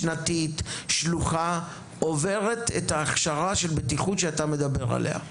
שנתית או שלוחה עוברת את ההכשרה של בטיחות שאתה מדבר עליה?